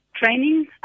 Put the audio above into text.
training